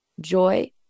joy